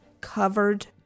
covered